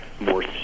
more